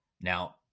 now